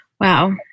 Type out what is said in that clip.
Wow